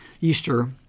Easter